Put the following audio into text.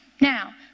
Now